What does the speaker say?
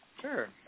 Sure